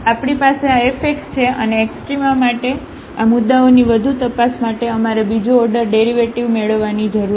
તેથી આપણી પાસે આ fx છે અને એક્સ્ટ્રામા માટે આ મુદ્દાઓની વધુ તપાસ માટે અમારે બીજો ઓર્ડર ડેરિવેટિવ મેળવવાની જરૂર છે